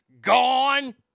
gone